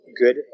good